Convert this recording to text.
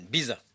Biza